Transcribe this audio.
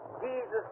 Jesus